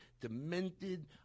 demented